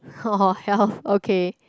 hor hor health okay